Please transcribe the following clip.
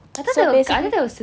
so basically